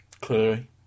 clearly